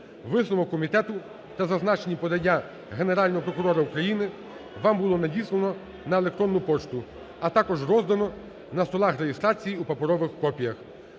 Висновок комітету та зазначені подання Генерального прокурора України вам було надіслано на електронну пошту, а також роздано на столах реєстрації у паперовик копіях.